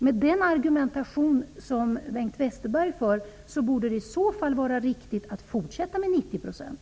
Med den argumentation som Bengt Westerberg för borde det vara riktigt att fortsätta med 90 %.